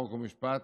חוק ומשפט,